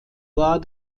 war